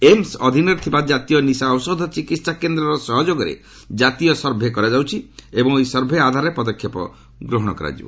AIIMS ଅଧୀନରେ ଥିବା କାତୀୟ ନିଶା ଔଷଧ ଚିକିହା କେନ୍ଦ୍ରରର ସହଯୋଗରେ କାତୀୟ ସର୍ଭେ କରାଯାଉଛି ଏବଂ ଏହି ସର୍ଭେ ଆଧାରରେ ପଦକ୍ଷେପ ଗ୍ରହଣ କରାଯିବ